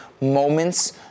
moments